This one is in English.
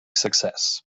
success